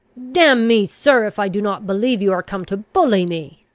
damn me, sir, if i do not believe you are come to bully me.